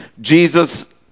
Jesus